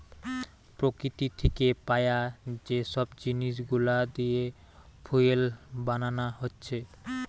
প্রকৃতি থিকে পায়া যে সব জিনিস গুলা দিয়ে ফুয়েল বানানা হচ্ছে